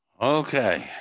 Okay